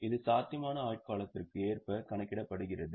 இது சாத்தியமான ஆயுட்காலத்திற்கு ஏற்ப கணக்கிடப்படுகிறது